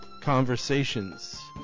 Conversations